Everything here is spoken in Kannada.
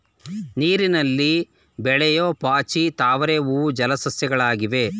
ನೀರಿನಲ್ಲಿ ಬೆಳೆಯೂ ಪಾಚಿ, ತಾವರೆ ಹೂವು ಜಲ ಸಸ್ಯಗಳಾಗಿವೆ